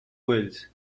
wheels